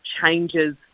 changes